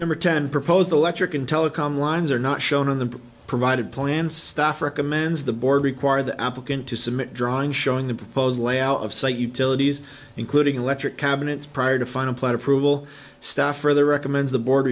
number ten proposed electric and telecom lines are not shown on the provided plan stuff recommends the board require the applicant to submit drawing showing the proposed layout of site utilities including electric cabinets prior to final plan approval staff for the recommends the board